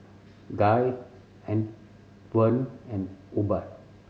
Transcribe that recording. Guy Antwon and Hubbard